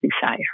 desire